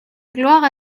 gloire